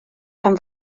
rhan